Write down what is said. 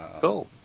Cool